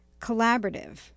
collaborative